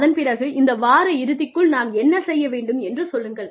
அதன் பிறகு இந்த வார இறுதிக்குள் நாம் என்ன செய்ய வேண்டும் என்று சொல்லுங்கள்